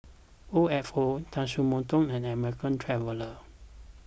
O F O Tatsumoto and American Traveller